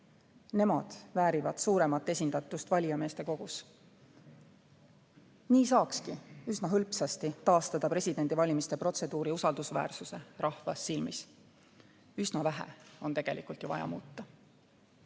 väärivad suuremat esindatust valijameeste kogus. Nii saaks hõlpsasti taastada presidendivalimiste protseduuri usaldusväärsuse rahva silmis. Üsna vähe on ju tegelikult vaja